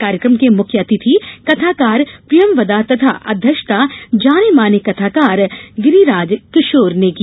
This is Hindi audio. कार्यक्रम के मुख्य अतिथि कथाकार प्रियंवदा तथा अध्यक्षता जाने माने कथाकार गिरिराज किशोर ने की